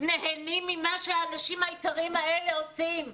נהנים ממה שהאנשים היקרים האלה עושים,